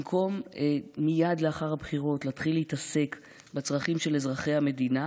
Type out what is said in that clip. במקום מייד לאחר הבחירות להתחיל להתעסק בצרכים של אזרחי המדינה,